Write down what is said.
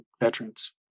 veterans